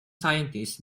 scientists